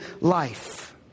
life